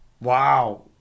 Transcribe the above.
Wow